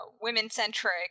women-centric